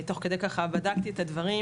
תוך כדי הדיון בדקתי את הדברים: